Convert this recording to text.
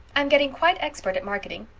i'm getting quite expert at marketing.